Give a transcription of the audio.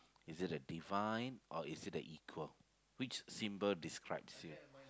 is it the divide or is it the equal which symbol describe you